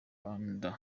rwanda